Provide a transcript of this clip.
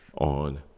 On